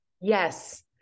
Yes